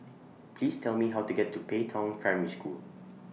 Please Tell Me How to get to Pei Tong Primary School